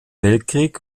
weltkrieg